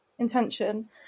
intention